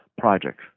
projects